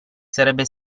sarebbe